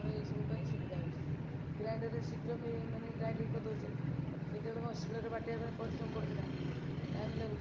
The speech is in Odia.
ମୋର ଏହିସବୁ ପାଇଁ ସୁବିଧା ହେଉଛି ଗ୍ରାଇଣ୍ଡରରେ ଶୀଘ୍ର ମାନେ ଗ୍ରାଇଣ୍ଡିଙ୍ଗ କରିଦେଉଛେ ସେତେବେଳେ କଣ ଶିଳରେ ବାଟିବା ପାଇଁ ପରିଶ୍ରମ ପଡ଼ୁଥିଲା ଟାଇମ ଲାଗୁଥିଲା